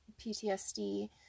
PTSD